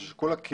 זה שכול הקרן,